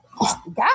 God